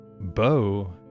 Bo